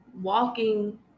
walking